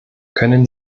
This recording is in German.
können